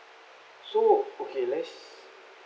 so okay let's